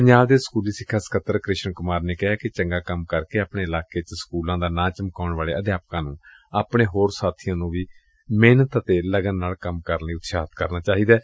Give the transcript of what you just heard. ਪੰਜਾਬ ਦੇ ਸਕੁਲੀ ਸਿਖਿਆ ਸਕੱਤਰ ਕ੍ਰਿਸ਼ਨ ਕੁਮਾਰ ਨੇ ਕਿਹਾ ਕਿ ਚੰਗਾ ਕੰਮ ਕਰਕੇ ਆਪਣੇ ਇਲਾਕੇ ਚ ਸਕੁਲਾ ਦਾ ਨਾਂ ਚਮਕਾਉਣ ਵਾਲੇ ਅਧਿਆਪਕਾਂ ਨੂੰ ਆਪਣੇ ਹੋਰ ਸਾਬੀਆਂ ਨੂੰ ਵੀ ਸਖ਼ਤ ਮਿਹਨਤ ਅਤੇ ਲਗਨ ਨਾਲ ਕੰਮ ਕਰਨ ਲਈ ਉਤਸ਼ਾਹਿਤ ਕਰਨਾ ਚਾਹੀਦਾ ਏ